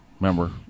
remember